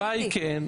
התשובה היא כן.